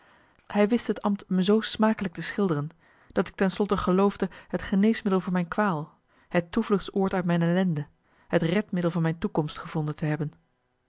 hij wist het ambt me zoo smakelijk te schilderen dat ik ten slotte geloofde het geneesmiddel voor mijn kwaal het toevluchtsoord uit mijn ellende het redmiddel van mijn toekomst gevonden te hebben